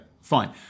fine